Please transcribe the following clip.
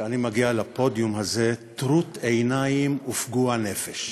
שאני מגיע לפודיום הזה טרוט עיניים ופגוע נפש,